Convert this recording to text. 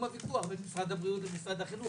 הוויכוח בין משרד הבריאות למשרד החינוך,